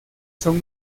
son